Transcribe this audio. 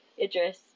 Idris